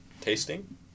tasting